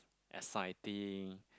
exciting